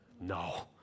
No